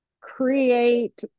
create